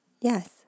Yes